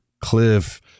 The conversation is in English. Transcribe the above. Cliff